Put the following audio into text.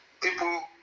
People